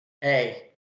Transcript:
Hey